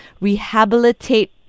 rehabilitate